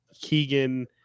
keegan